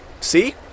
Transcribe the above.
See